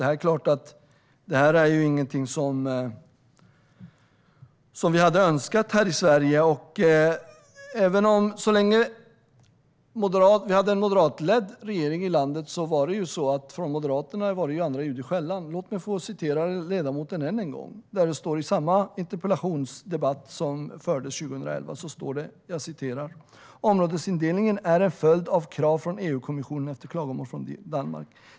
Det är som tidigare sagts ingenting vi hade önskat i Sverige. När vi hade en moderatledd regering i landet var det dock andra ljud i skällan. Låt mig än en gång få citera ledamoten från den interpellationsdebatt som hölls 2011: "Områdesindelningen är en följd av krav från EU-kommissionen efter klagomål från Danmark.